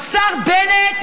השר בנט,